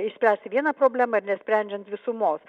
išspręsti vieną problemą ir nesprendžiant visumos